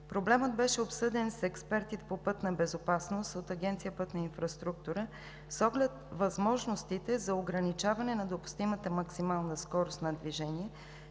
Проблемът беше обсъден с експерти по пътна безопасност от Агенция „Пътна инфраструктура“ с оглед възможностите за ограничаване на допустимата максимална скорост на движение